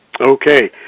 Okay